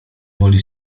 woli